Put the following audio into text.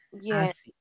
Yes